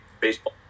baseball